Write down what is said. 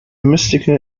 mystical